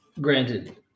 granted